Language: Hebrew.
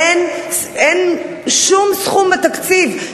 אין שום סכום בתקציב.